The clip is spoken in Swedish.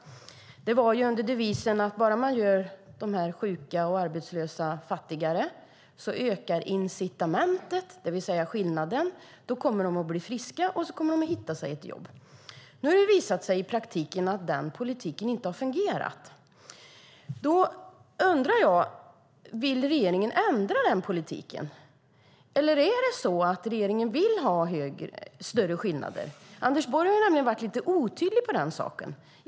Det var under devisen att om man bara gör de sjuka och arbetslösa fattigare ökar incitamentet, det vill säga skillnaden, och då kommer de att bli friska och hitta ett jobb. Nu har det i praktiken visat sig att denna politik inte har fungerat. Då undrar jag: Vill regeringen ändra denna politik? Eller vill regeringen ha större skillnader? Anders Borg har nämligen varit lite otydlig i fråga om det.